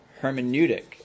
hermeneutic